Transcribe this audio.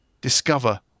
discover